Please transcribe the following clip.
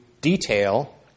detail